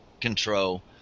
control